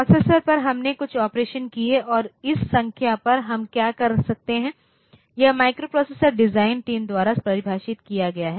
processor पर हमने कुछ ऑपरेशन किए और इस संख्या पर हम क्या कर सकते हैं यह माइक्रोप्रोसेसर डिजाइन टीम द्वारा परिभाषित किया गया है